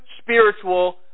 spiritual